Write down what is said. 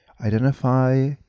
identify